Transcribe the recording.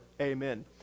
amen